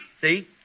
see